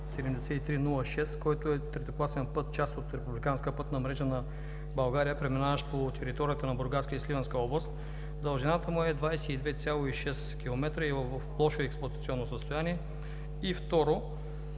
който е третокласен път, част от Републиканската пътна мрежа на България, преминаващ по територията на Бургаска и Сливенска област. Дължината му е 22,6 км и е в лошо експлоатационно състояние. Второ,